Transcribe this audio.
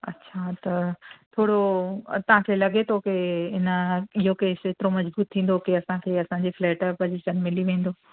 अछा त थोरो तव्हांखे लॻे थो की इन इहो केस एतिरो मज़बूत थींदो की असांखे असांजे फ़्लेट जो पजेशन मिली विंदो